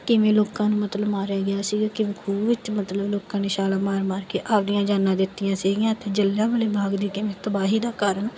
ਕਿਵੇਂ ਲੋਕਾਂ ਨੂੰ ਮਤਲਬ ਮਾਰਿਆ ਗਿਆ ਸੀਗਾ ਕਿਵੇਂ ਖੂਹ ਵਿੱਚ ਮਤਲਬ ਲੋਕਾਂ ਨੇ ਛਾਲਾਂ ਮਾਰ ਮਾਰ ਕੇ ਆਪਦੀਆਂ ਜਾਨਾਂ ਦਿੱਤੀਆਂ ਸੀਗੀਆਂ ਇੱਥੇ ਜਲਿਆਂਵਾਲੇ ਬਾਗ ਦੀ ਕਿਵੇਂ ਤਬਾਹੀ ਦਾ ਕਾਰਨ